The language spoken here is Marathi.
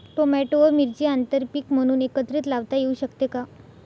टोमॅटो व मिरची आंतरपीक म्हणून एकत्रित लावता येऊ शकते का?